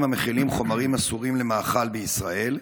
המכילים חומרים אסורים למאכל בישראל?